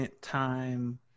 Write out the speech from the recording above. time